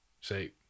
Say